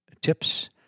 tips